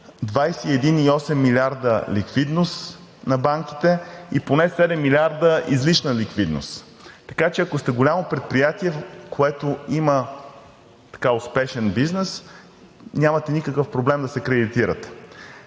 21,8 милиарда ликвидност на банките и поне 7 милиарда излишна ликвидност. Така че, ако сте голямо предприятие, което има успешен бизнес, нямате никакъв проблем да се кредитирате.